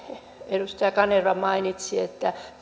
edustaja kanerva mainitsi että